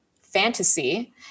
fantasy